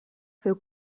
feu